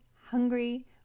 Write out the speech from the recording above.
hungry